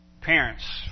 parents